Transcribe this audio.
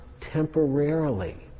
temporarily